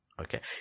Okay